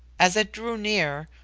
as it drew near,